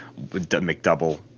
McDouble